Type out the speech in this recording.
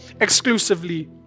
exclusively